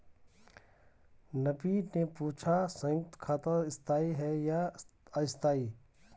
नवीन ने पूछा संयुक्त खाता स्थाई है या अस्थाई